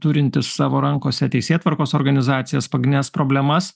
turintys savo rankose teisėtvarkos organizacijas pagrindines problemas